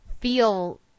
feel